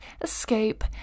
escape